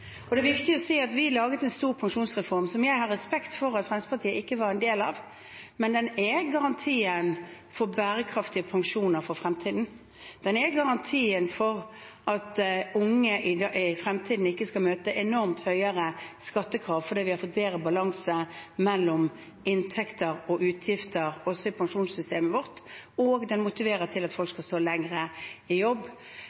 Det er da viktig å si at vi laget en stor pensjonsreform, som jeg har respekt for at Fremskrittspartiet ikke var en del av, men som er garantien for bærekraftige pensjoner for fremtiden. Den er garantien for at unge i fremtiden ikke skal møte enormt høyere skattekrav, fordi vi har fått bedre balanse mellom inntekter og utgifter også i pensjonssystemet vårt, og den motiverer til at folk